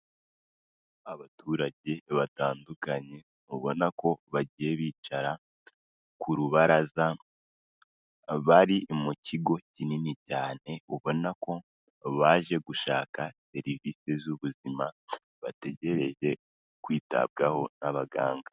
Abaturage batandukanye ubona ko bagiye bicara ku rubaraza, bari mu kigo kinini cyane, ubona ko baje gushaka serivisi z'ubuzima, bategereje kwitabwaho n'abaganga.